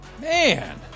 Man